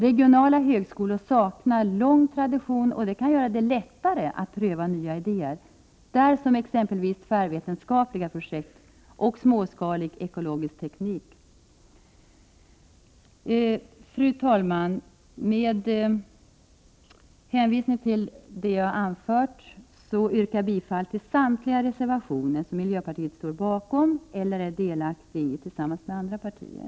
Regionala högskolor saknar lång tradition, och det kan göra det lättare att pröva nya idéer som t.ex. tvärvetenskapliga projekt och småskalig ekologisk teknik. Fru talman! Med hänvisning till det jag har anfört yrkar jag bifall till samtliga reservationer som miljöpartiet står bakom eller är delaktigt i tillsammans med andra partier.